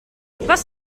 was